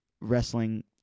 wrestling